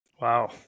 Wow